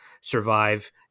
survive